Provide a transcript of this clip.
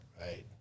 Right